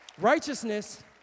Righteousness